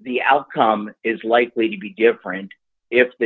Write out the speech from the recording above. the outcome is likely to be different if the